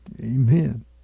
Amen